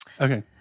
okay